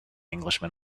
englishman